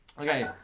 Okay